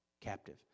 captive